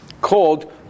called